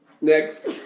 Next